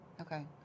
okay